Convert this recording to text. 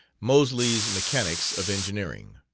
moseley's mechanics of engineering.